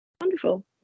wonderful